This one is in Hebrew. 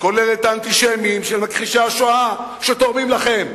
כולל את האנטישמים, מכחישי השואה שתורמים לכם.